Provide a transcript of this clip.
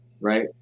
right